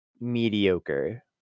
mediocre